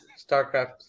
StarCraft